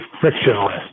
frictionless